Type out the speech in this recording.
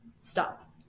Stop